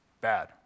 bad